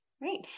Great